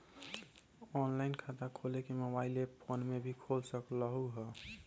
Online खाता खोले के मोबाइल ऐप फोन में भी खोल सकलहु ह?